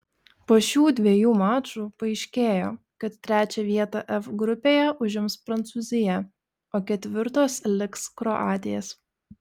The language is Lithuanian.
po šių dviejų mačų paaiškėjo kad trečią vietą f grupėje užims prancūzija o ketvirtos liks kroatės